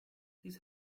these